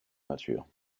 peinture